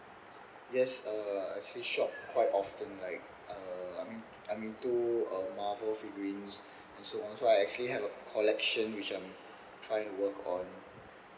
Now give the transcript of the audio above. yes uh I actually shop quite often like uh I in~ I'm into uh marble figurines and so on so I actually have a collection which I'm trying to work on